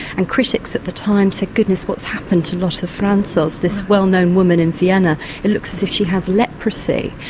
and critics at the time said goodness, what's happened to lotte franzos, this well known woman in vienna it looks as if she has leprosy!